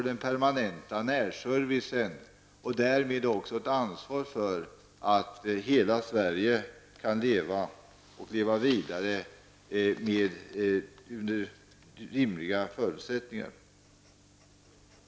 Därmed tar man också ett ansvar för att hela Sverige kan leva vidare med rimliga förutsättningar.